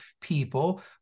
people